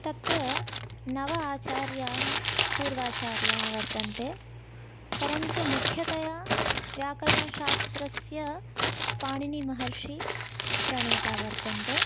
तत्र नव आचार्याः पूर्वाचार्याः वर्तन्ते परन्तु मुख्यतया व्याकरणशास्त्रस्य पाणिनिमहर्षिः प्रणेता वर्तते